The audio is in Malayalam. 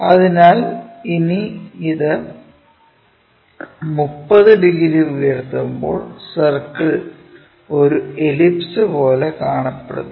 അതിനാൽ ഇനി ഇത് 30 ഡിഗ്രി ഉയർത്തുമ്പോൾ സർക്കിൾ ഒരു എലിപ്സ് പോലെ കാണപ്പെടുന്നു